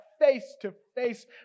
face-to-face